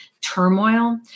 turmoil